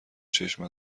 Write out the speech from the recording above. چشم